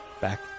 back